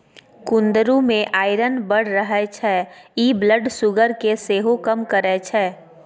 कुंदरु मे आइरन बड़ रहय छै इ ब्लड सुगर केँ सेहो कम करय छै